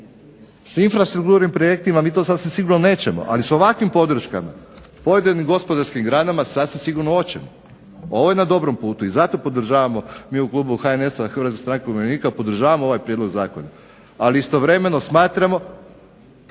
se ne razumije./… projektima mi to sasvim sigurno nećemo, ali s ovakvim podrškama, pojedinim gospodarskim granama sasvim sigurno hoćemo. Ovo je na dobrom putu i zato podržavamo mi u klubu HNS-a, Hrvatske stranke umirovljenika podržavamo ovaj prijedlog zakona. Ali istovremeno smatramo